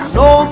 no